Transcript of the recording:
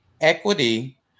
equity